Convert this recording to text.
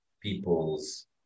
people's